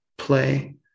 play